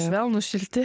švelnūs šilti